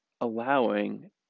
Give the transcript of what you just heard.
allowing